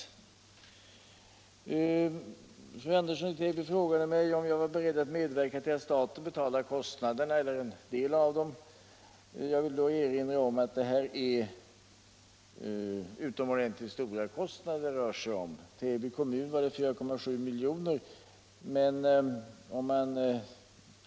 Fru Andersson i Täby frågade mig, om jag var beredd att medverka till att staten betalar kostnaderna eller en del av dem. Jag vill emellertid erinra om att det rör sig om utomordentligt stora kostnader. I fråga om Täby kommun gäller det 4,7 milj.kr.